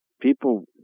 people